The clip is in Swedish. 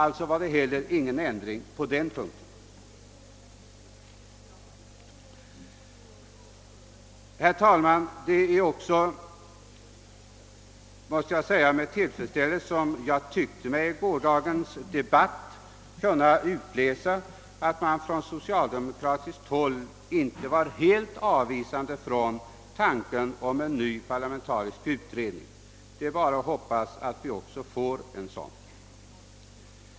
Alltså var det heller ingen ändring på den punkten från vårt parti. Herr talman! Det var med tillfredsställelse som jag i gårdagens debatt tyckte mig kunna utläsa att man från socialdemokratiskt håll inte ställde sig helt avvisande till tanken på en ny parlamentarisk utredning. Det är bara att hoppas att en sådan kommer till stånd.